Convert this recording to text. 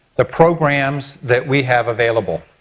the programs that we have available.